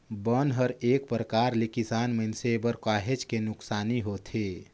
बन हर एक परकार ले किसान मइनसे बर काहेच के नुकसानी होथे